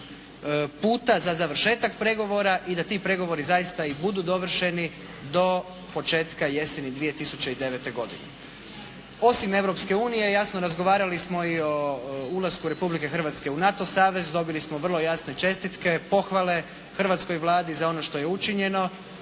puta za završetak pregovora. I da ti pregovori zaista i budu dovršeni do početka jeseni 2009. godine. Osim Europske unije, jasno razgovarali smo i o ulasku Republike Hrvatske u NATO savez, dobili smo vrlo jasne čestitke, pohvale hrvatskoj Vladi za ono što je učinjeno.